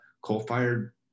coal-fired